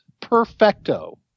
Perfecto